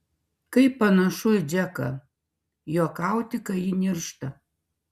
kaip panašu į džeką juokauti kai ji niršta